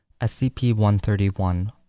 SCP-131